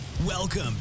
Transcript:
Welcome